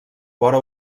vora